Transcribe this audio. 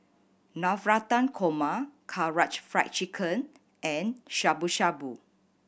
Navratan Korma Karaage Fried Chicken and Shabu Shabu